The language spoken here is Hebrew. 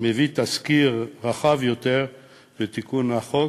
מביא תזכיר רחב יותר לתיקון החוק,